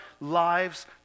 lives